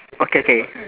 okay okay